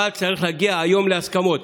אבל צריך להגיע היום להסכמות.